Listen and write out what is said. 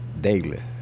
daily